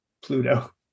Pluto